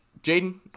Jaden